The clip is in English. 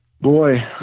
boy